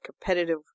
competitive